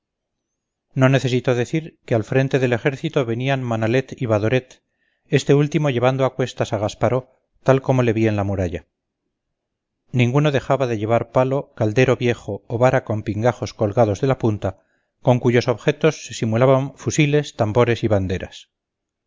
no necesito decir que al frente del ejército venían manalet y badoret este último llevando a cuestas a gasparó tal como le vi en la muralla ninguno dejaba de llevar palo caldero viejo o vara con pingajos colgados de la punta con cuyos objetos se simulaban fusiles tambores y banderas